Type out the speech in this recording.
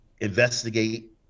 investigate